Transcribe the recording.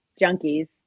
junkies